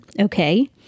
okay